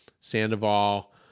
Sandoval